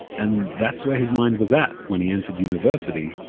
and that's where his mind was at when he entered university,